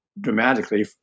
dramatically